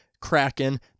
Kraken